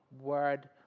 word